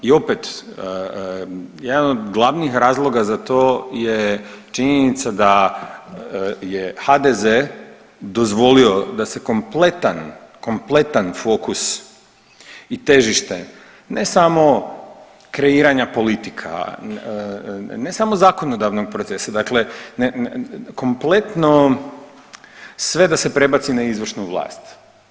I opet jedan od glavnih razloga za to je činjenica da je HDZ dozvolio da se kompletan fokus i težište ne samo kreiranja politika, ne samo zakonodavnog procesa, dakle kompletno sve da se prebaci na izvršnu vlast.